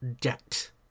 debt